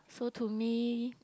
so to me